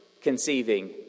conceiving